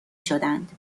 شدند